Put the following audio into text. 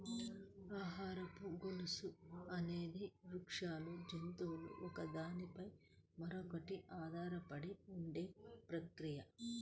ఆహారపు గొలుసు అనేది వృక్షాలు, జంతువులు ఒకదాని పై మరొకటి ఆధారపడి ఉండే ప్రక్రియ